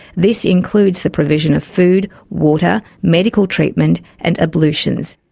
this includes the provision of food, water, medical treatment and ablutions.